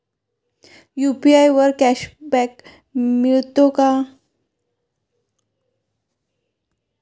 UPI वर cashback मिळतो का?